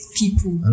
people